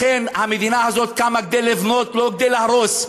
לכן, המדינה הזאת קמה כדי לבנות, לא כדי להרוס.